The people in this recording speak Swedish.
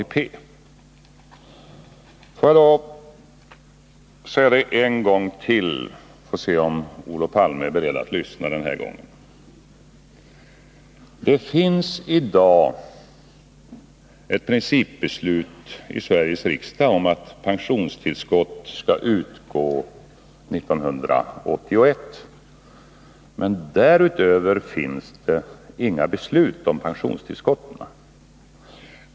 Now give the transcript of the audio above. Låt mig säga det en gång till, så får jag se om Olof Palme är beredd att lyssna: Det finns i dag ett principbeslut i Sveriges riksdag om att pensionstillskott skall utgå 1981, men därutöver finns det inga beslut om pensionstillskotten.